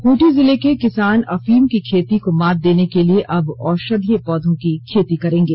खूंटी जिले के किसान अफीम की खेती को मात देने के लिए अब औषधीय पौधों की खेती करेंगे